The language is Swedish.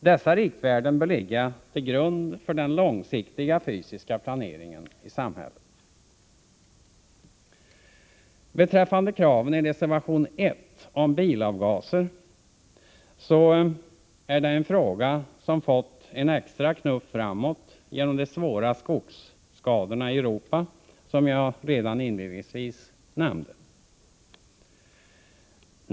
Dessa riktvärden bör ligga till grund för den långsiktiga fysiska planeringen i samhället. Kraven i reservation nr 1 om bilavgaser gäller en fråga som fått en extra knuff framåt genom de svåra skogsskadorna i Europa, som jag redan inledningsvis nämnde.